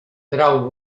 trau